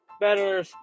better